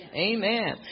Amen